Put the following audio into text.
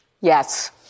Yes